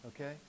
okay